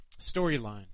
storyline